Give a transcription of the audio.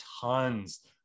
tons